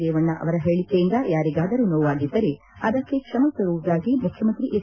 ರೇವಣ್ಣ ಅವರ ಹೇಳಿಕೆಯಿಂದ ಯಾರಿಗಾದರೂ ನೋವಾಗಿದ್ದರೆ ಅದಕ್ಕೆ ಕ್ಷಮೆಕೋರುವುದಾಗಿ ಮುಖ್ಯಮಂತ್ರಿ ಹೆಚ್